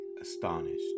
astonished